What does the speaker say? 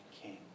king